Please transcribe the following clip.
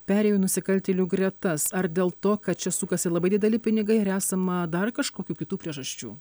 perėjo į nusikaltėlių gretas ar dėl to kad čia sukasi labai dideli pinigai ar esama dar kažkokių kitų priežasčių